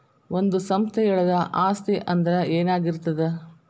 ಒಂದು ಸಂಸ್ಥೆಯೊಳಗ ಆಸ್ತಿ ಅಂದ್ರ ಏನಾಗಿರ್ತದ?